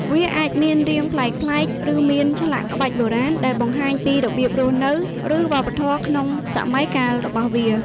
វាអាចមានរាងប្លែកៗ ឬមានឆ្លាក់ក្បាច់បុរាណ ដែលបង្ហាញពីរបៀបរស់នៅ ឬវប្បធម៌ក្នុងសម័យកាលរបស់វា។